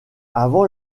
avant